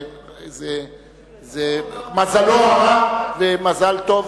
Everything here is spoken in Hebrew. זה מזלו הרע ומזל טוב,